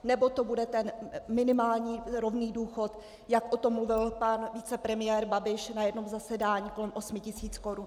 Nebo to bude ten minimální rovný důchod, jak o tom mluvil pan vicepremiér Babiš na jednom zasedání, kolem osmi tisíc korun?